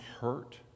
hurt